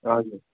हजुर